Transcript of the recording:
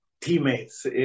teammates